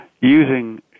using